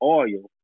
oil